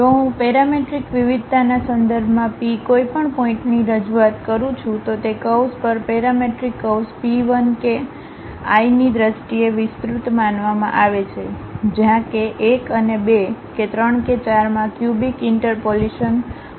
જો હું પેરામેટ્રિક વિવિધતાના સંદર્ભમાં p કોઈપણ પોઇન્ટpની રજૂઆત કરું છું તો તે કર્વ્સ પર પેરામેટ્રિક કર્વ્સ p I કે i ની દ્રષ્ટિએ વિસ્તૃત માનવામાં આવે છે જ્યાં કે 1 કે 2 કે 3 કે 4 માં આ ક્યુબિક ઇન્ટરપોલીશન ઇન્ટરપોલીશન હોય છે